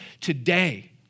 today